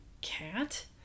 cat